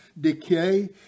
decay